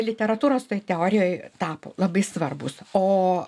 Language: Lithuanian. literatūros teorijoj tapo labai svarbūs o